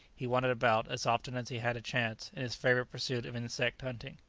he wandered about, as often as he had a chance, in his favourite pursuit of insect-hunting.